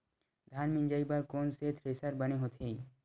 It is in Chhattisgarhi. धान मिंजई बर कोन से थ्रेसर बने होथे?